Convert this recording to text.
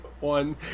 one